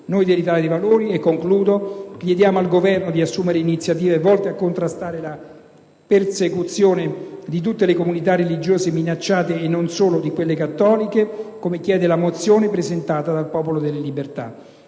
Noi dell'Italia dei Valori chiediamo al Governo di assumere iniziative volte a contrastare la persecuzione di tutte le comunità religiose minacciate, e non solo di quelle cattoliche, come chiede la mozione presentata dal Popolo della Libertà.